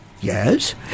Yes